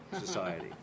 society